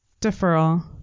Deferral